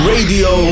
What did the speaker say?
Radio